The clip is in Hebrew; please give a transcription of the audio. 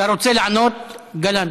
אתה רוצה לענות, גלנט?